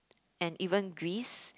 and even Greece